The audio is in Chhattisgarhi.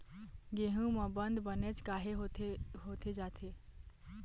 गेहूं म बंद बनेच काहे होथे जाथे?